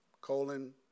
colon